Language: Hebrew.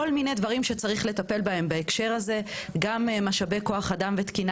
מיני דברים שצריך לטפל בהם בהקשר הזה: משאבי כוח-אדם ותקינה